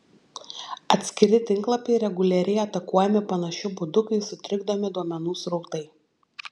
atskiri tinklapiai reguliariai atakuojami panašiu būdu kai sutrikdomi duomenų srautai